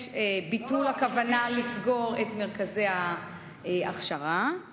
יש ביטול הכוונה לסגור את מרכזי ההכשרה, כן.